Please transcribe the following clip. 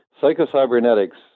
Psycho-Cybernetics